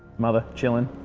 mother chillin'